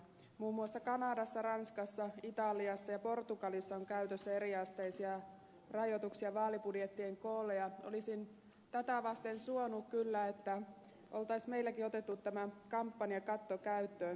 muun muassa kanadassa ranskassa italiassa ja portugalissa on käytössä eriasteisia rajoituksia vaalibudjettien koolle ja olisin tätä vasten suonut kyllä että olisi meilläkin otettu tämä kampanjakatto käyttöön